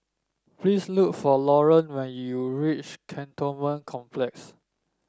please look for Lorene when you reach Cantonment Complex